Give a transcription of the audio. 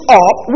up